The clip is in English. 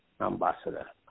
Ambassador